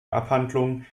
abhandlung